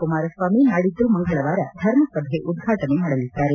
ಕುಮಾರಸ್ವಾಮಿ ನಾಡಿದ್ದು ಮಂಗಳವಾರ ಧರ್ಮಸಭೆ ಉದ್ವಾಟನೆ ಮಾಡಲಿದ್ದಾರೆ